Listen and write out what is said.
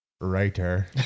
writer